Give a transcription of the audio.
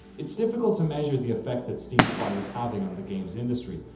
it's difficult to measure the effect that steam spy was having on the games industry.